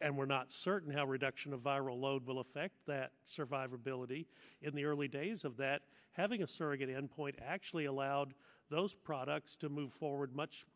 and we're not certain how reduction of viral load will affect that survivability in the early days of that having a surrogate end point actually allowed those products to move forward much